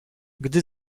gdy